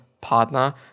partner